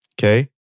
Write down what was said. okay